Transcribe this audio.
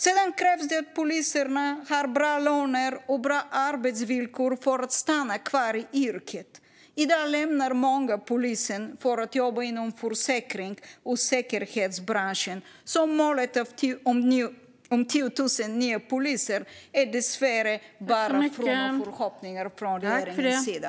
Sedan krävs det att poliserna har bra löner och bra arbetsvillkor för att stanna kvar i yrket. I dag lämnar många polisen för att jobba inom försäkrings och säkerhetsbranscherna, så målet om 10 000 nya poliser är dessvärre bara fromma förhoppningar från regeringens sida.